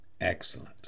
Excellent